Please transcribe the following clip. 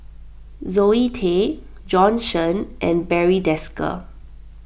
Zoe Tay Bjorn Shen and Barry Desker